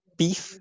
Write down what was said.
beef